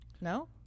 No